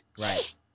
Right